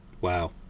Wow